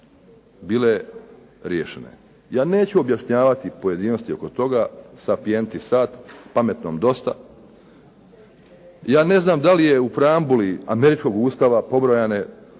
bile riješene. Ja neću objašnjavati pojedinosti oko toga, sapienti sat, pametnom dosta. Ja ne znam da li je u preambuli američkog Ustava pobrojane, da